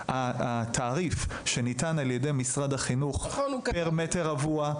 התעריף שניתן על ידי משרד החינוך פר מטר רבוע,